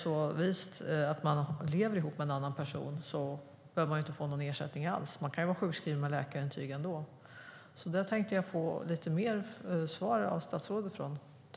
Om man lever ihop med en annan person behöver man inte få någon ersättning alls; man kan vara sjukskriven med läkarintyg ändå. Jag skulle vilja ha lite mer svar av statsrådet.